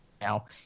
Now